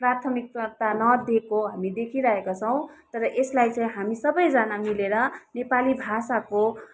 प्राथमिकता नदेको हामी देखिरहेका छौँ तर सलाई चाहिँ हामी सबैजना मिलेर नेपाली भाषाको